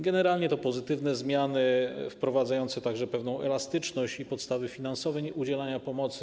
Generalnie to pozytywne zmiany, wprowadzające także pewną elastyczność i podstawy finansowe udzielania pomocy.